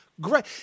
great